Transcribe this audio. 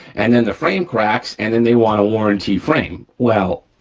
and then the frame cracks and then they want a warrantee frame. well,